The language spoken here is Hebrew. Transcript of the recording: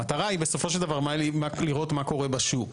המטרה בסופו של דבר היא לראות מה קורה בשוק,